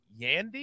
Yandy